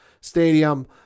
stadium